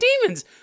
demons